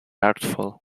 artful